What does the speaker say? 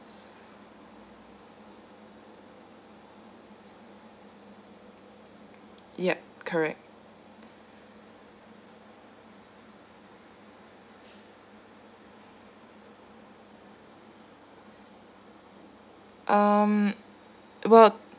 yup correct um we'll